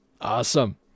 Awesome